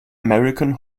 american